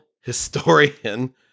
historian